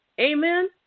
Amen